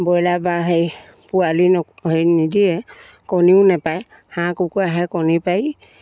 ব্ৰইলাৰে বাৰু হেৰি পোৱালি ন হেৰি নিদিয়ে কণীও নাপাৰে হাঁহ কুকুৰাইহে কণী পাৰি